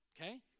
Okay